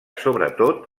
sobretot